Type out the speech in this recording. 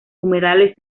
humedales